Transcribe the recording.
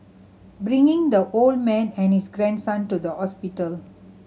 bringing the old man and his grandson to the hospital